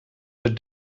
that